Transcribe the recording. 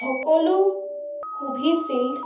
সকলো ক'ভিচিল্ড